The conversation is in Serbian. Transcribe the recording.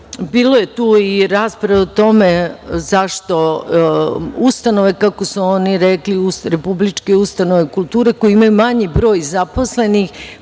je tu i rasprave o tome zašto, ustanove kako su oni rekli uz republičke ustanove kultura koje imaju manji broj zaposlenih